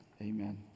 amen